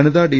വനിതാ ഡി